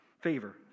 favor